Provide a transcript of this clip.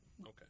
Okay